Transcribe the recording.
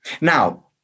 Now